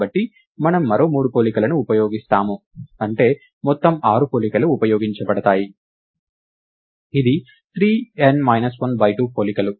కాబట్టి మనము మరో మూడు పోలికలను ఉపయోగిస్తాము అంటే మొత్తం ఆరు పోలికలు ఉపయోగించబడతాయి ఇది 3n మైనస్ 1 బై 2 పోలికలు